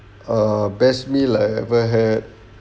err best meal I ever had